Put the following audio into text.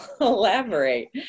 elaborate